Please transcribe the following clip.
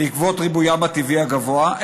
בעקבות ריבוים הטבעי הגבוה,